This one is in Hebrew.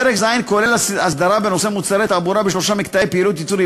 פרק ז' כולל הסדרה בנושא מוצרי תעבורה בשלושה מקטעי פעילות: ייצור,